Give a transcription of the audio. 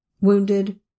wounded